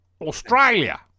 Australia